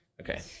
Okay